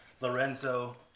Lorenzo